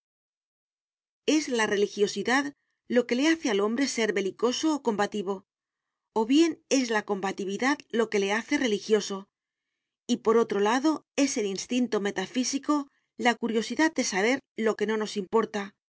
es la religiosidad lo que le hace al hombre ser belicoso o combativo o bien es la combatividad la que le hace religioso y por otro lado es el instinto metafísico la curiosidad de saber lo que no nos importa